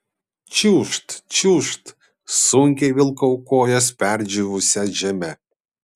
čiūžt čiūžt sunkiai vilkau kojas perdžiūvusia žeme